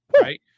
right